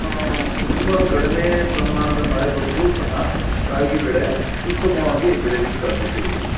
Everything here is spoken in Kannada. ಆ ತುಂಬ ಕಡಿಮೆ ಪ್ರಮಾಣದ ಮಳೆ ಬಂದರೂ ಸಹ ರಾಗಿ ಬೆಳೆ ಉತ್ತಮವಾಗಿ ಬೆಳೆಲಿಕ್ಕೆ ಸಾಧ್ಯತೆ ಇದೆ